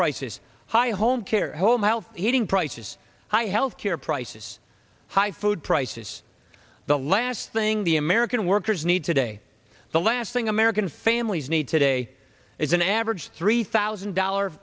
prices high home care home health heating prices high health care prices high food prices the last thing the american workers need today the last thing american families need today is an average three thousand dollar